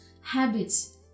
habits